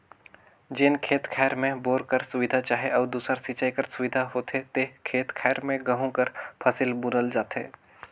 जेन खेत खाएर में बोर कर सुबिधा चहे अउ दूसर सिंचई कर सुबिधा होथे ते खेत खाएर में गहूँ कर फसिल बुनल जाथे